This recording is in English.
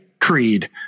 Creed